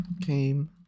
came